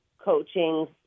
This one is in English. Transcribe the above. coaching